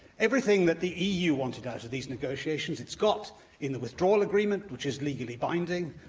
everything that the eu wanted out of these negotiations it's got in the withdrawal agreement, which is legally binding.